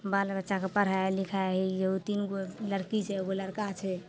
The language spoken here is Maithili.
बाल बच्चाके पढ़ाइ लिखाइ हे इहो तीन गो लड़की छै एगो लड़का छै